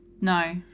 No